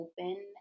open